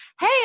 hey